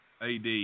AD